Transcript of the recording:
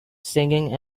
singing